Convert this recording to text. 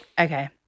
Okay